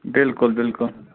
بالکل بالکل